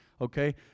okay